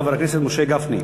חבר הכנסת משה גפני.